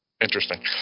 interesting